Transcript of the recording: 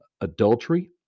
adultery